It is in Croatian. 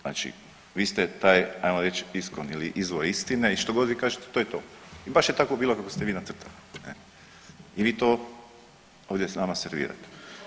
Znači vi ste taj ajmo reć iskon ili izvor istine i štogod vi kažete to je to i baš je tako bilo kako ste vi nacrtali i vi to ovdje nama servirate.